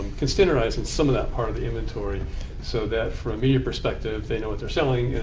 can standardize in some of that part of the inventory so that from a media perspective, they know what they're selling and